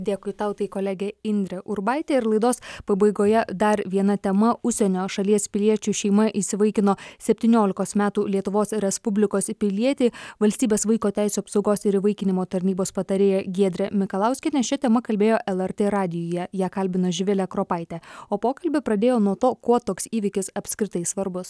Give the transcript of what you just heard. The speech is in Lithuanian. dėkui tau tai kolegė indrė urbaitė ir laidos pabaigoje dar viena tema užsienio šalies piliečių šeima įsivaikino septyniolikos metų lietuvos respublikos pilietį valstybės vaiko teisių apsaugos ir įvaikinimo tarnybos patarėja giedrė mikalauskienė šia tema kalbėjo lrt radijuje ją kalbino živilė kropaitė o pokalbį pradėjo nuo to kuo toks įvykis apskritai svarbus